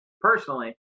personally